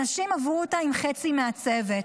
אנשים עברו אותה עם חצי מהצוות.